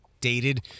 dated